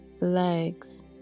Legs